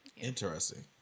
Interesting